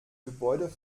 gebäude